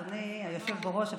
אדוני היושב בראש,